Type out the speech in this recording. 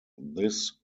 this